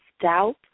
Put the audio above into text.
doubt